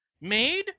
made